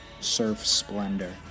surfsplendor